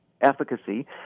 Efficacy